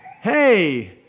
Hey